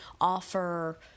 offer